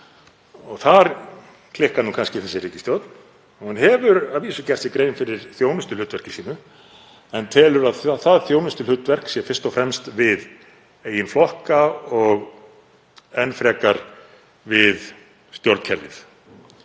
Þar klikkar kannski þessi ríkisstjórn. Hún hefur að vísu gert sér grein fyrir þjónustuhlutverki sínu en telur að það þjónustuhlutverk sé fyrst og fremst við eigin flokka og enn frekar við stjórnkerfið,